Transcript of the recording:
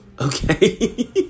okay